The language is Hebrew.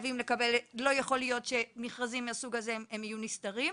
לא יכול להיות שמכרזים מהסוג הזה יהיו נסתרים.